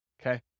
okay